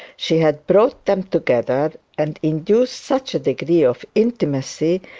she had brought them together and induced such a degree of intimacy,